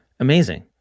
Amazing